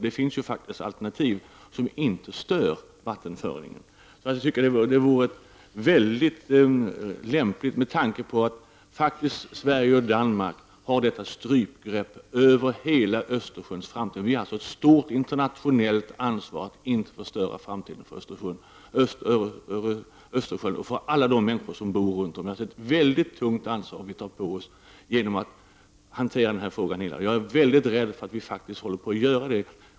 Det finns ju alternativ som inte stör vattenföringen. Jag tycker att det vore lämpligt med tanke på att Sverige och Danmark faktiskt har detta strypgrepp över hela Östersjöns framtid. Vi har ett internationellt ansvar för att inte förstöra framtiden för Östersjön och alla de människor som bor runt omkring. Detta är alltså ett väldigt tungt ansvar som vi tar på oss om vi hanterar den här frågan illa. Jag är rädd för att vi faktiskt håller på att göra det.